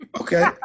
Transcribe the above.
Okay